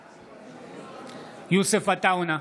בעד יוסף עטאונה,